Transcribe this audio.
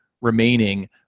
remaining